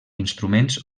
instruments